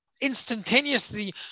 instantaneously